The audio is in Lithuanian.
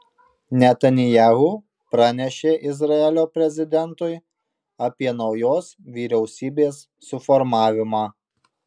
netanyahu pranešė izraelio prezidentui apie naujos vyriausybės suformavimą